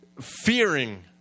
fearing